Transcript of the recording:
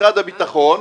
משרד הביטחון,